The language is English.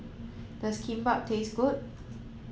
does Kimbap taste good